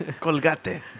Colgate